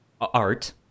art